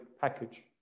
package